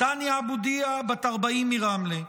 תאני אבו דיה, בת 40, מרמלה,